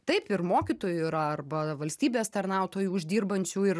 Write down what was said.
taip ir mokytojų yra arba valstybės tarnautojų uždirbančių ir